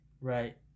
Right